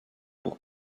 pour